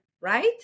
right